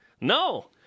No